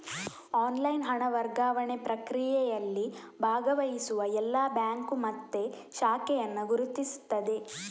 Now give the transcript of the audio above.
online ಹಣ ವರ್ಗಾವಣೆ ಪ್ರಕ್ರಿಯೆಯಲ್ಲಿ ಭಾಗವಹಿಸುವ ಎಲ್ಲಾ ಬ್ಯಾಂಕು ಮತ್ತೆ ಶಾಖೆಯನ್ನ ಗುರುತಿಸ್ತದೆ